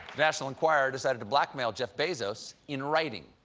national enquirer decided to blackmail jeff bezos, in writing.